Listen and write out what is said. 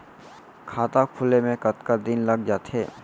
खाता खुले में कतका दिन लग जथे?